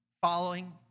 following